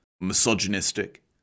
misogynistic